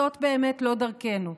זאת באמת לא דרכנו.